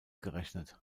gerechnet